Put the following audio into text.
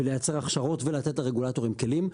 ולייצר הכשרות ולתת לרגולטורים כלים.